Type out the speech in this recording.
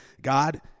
God